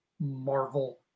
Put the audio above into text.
Marvel